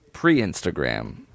pre-instagram